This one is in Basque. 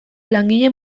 langile